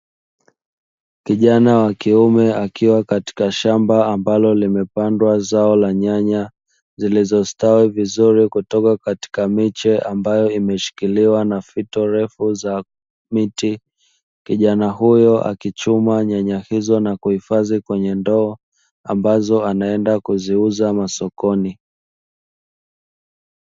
Kijana wa kiume, akiwa katika shamba ambalo limepandwa zao la nyanya zilizostawi vizuri, kutoka katika miche ambayo imeshikiliwa na fito ndefu za miti. Kijana huyo akichuma nyanya hizo na kuzihifadhi kwenye ndoo ambazo anaenda kuziuza masokoni.